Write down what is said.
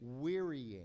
wearying